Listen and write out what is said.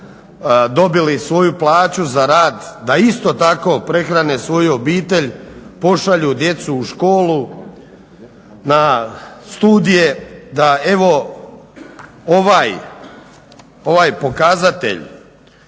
dobili svoju plaću za rad da isto tako prehrane svoju obitelj, pošalju djecu u školu, na studije, da evo ovaj pokazatelj